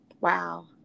Wow